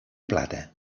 plata